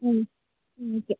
okay